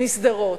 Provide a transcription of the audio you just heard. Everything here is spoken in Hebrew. משדרות.